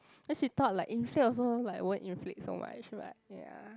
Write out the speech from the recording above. cause she thought like inflate also like won't inflate so much right ya